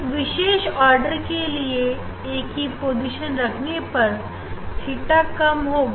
एक विशेष ऑर्डर के लिए ए के चेंज करने पर थीटा कम होगा